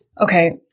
Okay